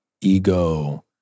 ego